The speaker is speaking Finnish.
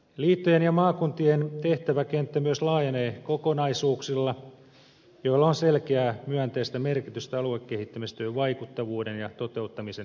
liittojen ja maakuntien tehtäväkenttä myös laajenee kokonaisuuksilla joilla on selkeää myönteistä merkitystä aluekehittämistyön vaikuttavuuden ja toteuttamisen edistämisessä